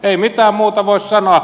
ei mitään muuta voi sanoa